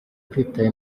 kwitaba